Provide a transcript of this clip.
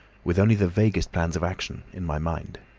with only the vaguest plans of action in my mind.